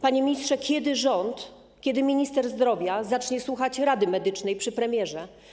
Panie ministrze, kiedy rząd, kiedy minister zdrowia zacznie słuchać Rady Medycznej przy premierze?